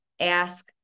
ask